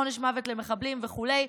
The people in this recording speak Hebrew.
עונש מוות למחבלים וכו',